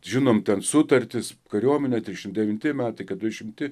žinom ten sutartis kariuomenę drisdešimt devinti metai keturiasdešimti